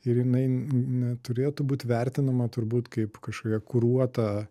ir jinai neturėtų būt vertinama turbūt kaip kažkokia kuruota